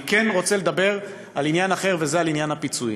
אני כן רוצה לדבר על עניין אחר, וזה עניין הפיצוי.